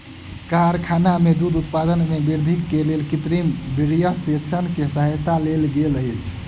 कारखाना में दूध उत्पादन में वृद्धिक लेल कृत्रिम वीर्यसेचन के सहायता लेल गेल अछि